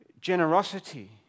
generosity